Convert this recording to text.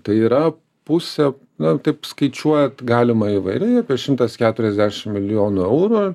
tai yra pusė na taip skaičiuojant galima įvairiai apie šimtas keturiasdešim milijonų eurų